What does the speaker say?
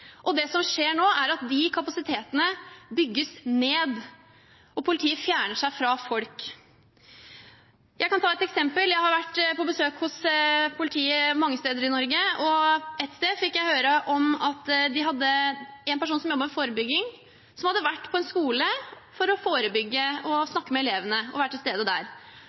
etterretning. Det som skjer nå, er at disse kapasitetene bygges ned, og politiet fjerner seg fra folk. Jeg kan ta et eksempel: Jeg har vært på besøk hos politiet mange steder i Norge, og ett sted fikk jeg høre om en person som jobbet med forebygging, som hadde vært på en skole for å forebygge og snakke med elevene og være til stede der.